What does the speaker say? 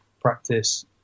practice